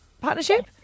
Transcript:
partnership